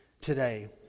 today